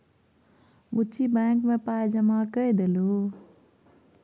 बुच्ची बैंक मे पाय जमा कए देलहुँ